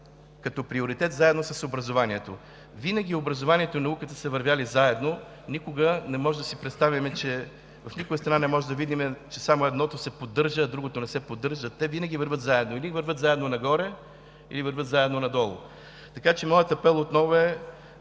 като приоритет, заедно с образованието. Винаги образованието и науката са вървели заедно. Не можем да си представим, в никоя страна не можем да видим, че само едното се поддържа, а другото не. Те винаги вървят заедно – или вървят заедно нагоре, или вървят заедно надолу. Моят апел отново е